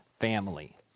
family